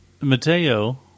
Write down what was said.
Mateo